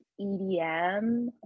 EDM